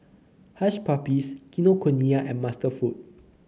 Hush Puppies Kinokuniya and Master Foods